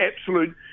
absolute